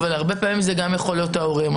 אבל הרבה פעמים זה יכול להיות גם ההורים.